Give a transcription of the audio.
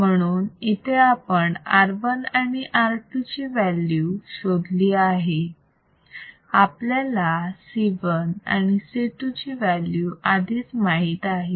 म्हणून इथे आपण R1 आणि R2 ची व्हॅल्यू शोधली आहे आपल्याला C1 आणि C2 ची व्हॅल्यू आधीच माहिती आहे